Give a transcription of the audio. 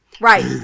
right